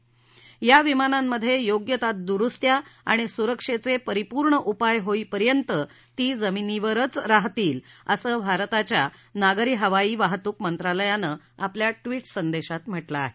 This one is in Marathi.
मात्र या विमानांमधे योग्य त्या दुरुस्त्या आणि सुरक्षेचे परिपूर्ण उपाय होईपर्यंत ती जमिनीवरच राहतील असं भारताच्या नागरी हवाई वाहतूक मंत्रालयानं आपल्या ट्विट संदेशात म्हटलं आहे